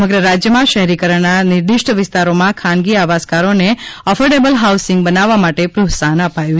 સમગ્ર રાજ્યમાં શહેરીકરણના નિર્દિષ્ટ વિસ્તારોમાં ખાનગી આવાસકારોને એફોર્ડેબલ હાઉસીંગ બનાવવા માટે પ્રોત્સાહન અપાયુ